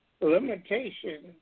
limitation